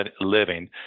living